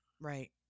right